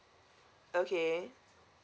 okay